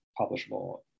publishable